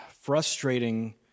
frustrating